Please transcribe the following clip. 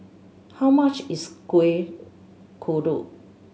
how much is Kuih Kodok